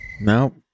No